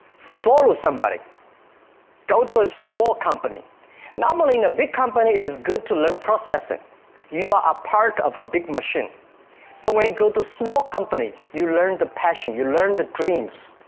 follow somebody go to a small company normally in a big company. it is good to learn processing you are a part of a big machine but when you go to small company, you learn the passion you learn the dreams